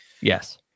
Yes